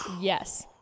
Yes